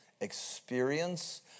experience